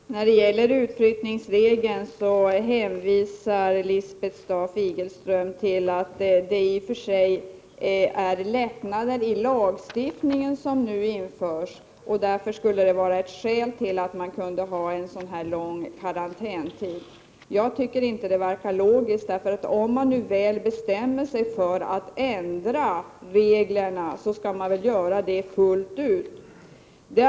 Fru talman! När det gäller utflyttningsregeln hänvisar Lisbeth Staaf Igelström till att det i och för sig är lättnader i lagstiftningen som nu införs och att detta skulle vara ett skäl till att man kunda ha en så här lång karantänstid. Jag tycker inte det verkar logiskt. Om man nu väl bestämmer sig för att ändra reglerna, skall man väl göra det fullt ut?